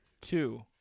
two